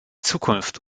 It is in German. zukunft